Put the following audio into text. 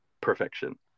perfection